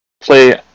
play